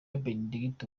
benedigito